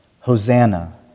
Hosanna